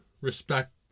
Respect